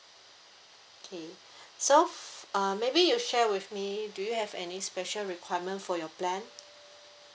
okay so f~ uh maybe you share with me do you have any special requirement for your plan